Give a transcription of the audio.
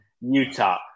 Utah